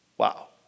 Wow